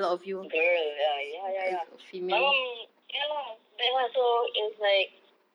girl ah ya ya ya my mum ya lor that one also is like